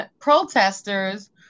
protesters